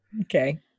Okay